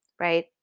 right